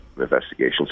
investigations